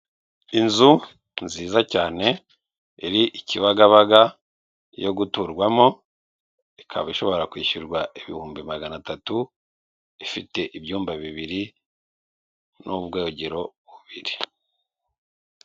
Inzu nziza cyane, iri i Kibagabaga yo guturwamo, ikaba ishobora kwishyurwa ibihumbi magana atatu, ifite ibyumba bibiri n'ubwogero bubiri.